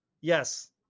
Yes